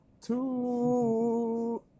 two